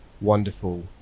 wonderful